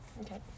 okay